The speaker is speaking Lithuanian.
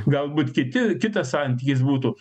galbūt kiti kitas santykis būtų